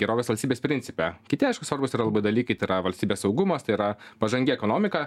gerovės valstybės principe kiti aišku svarbūs yra labai dalykai tai yra valstybės saugumas tai yra pažangi ekonomika